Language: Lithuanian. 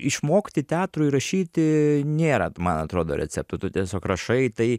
išmokti teatrui rašyti nėra man atrodo receptų tu tiesiog rašai tai